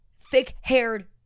thick-haired